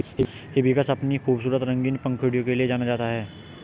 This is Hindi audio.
हिबिस्कस अपनी खूबसूरत रंगीन पंखुड़ियों के लिए जाना जाता है